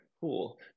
Cool